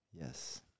Yes